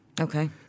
Okay